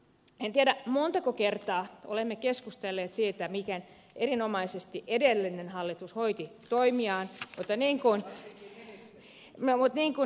en tiedä montako kertaa olemme keskustelleet siitä miten erinomaisesti edellinen hallitus hoiti toimiaan mutta niin kuin ed